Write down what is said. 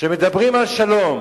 שמדברים על שלום,